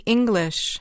English